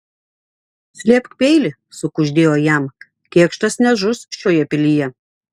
slėpk peilį sukuždėjo jam kėkštas nežus šioje pilyje